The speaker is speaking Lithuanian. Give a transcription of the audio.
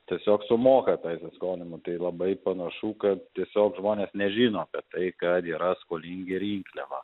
tiesiog sumoka tą įsiskolimą tai labai panašu kad tiesiog žmonės nežino kad tai kad yra skolingi rinkliavą